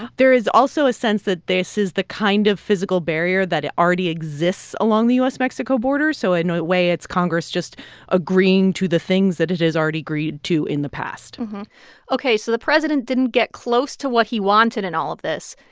there is also a sense that this is the kind of physical barrier that already exists along the u s mexico border. so in a way, it's congress just agreeing to the things that it has already agreed to in the past ok. so the president didn't get close to what he wanted in all of this.